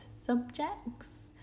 subjects